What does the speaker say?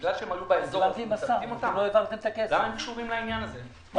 מה הן קשורות לעניין הזה?